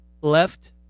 left